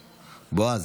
הכול,